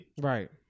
Right